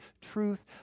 truth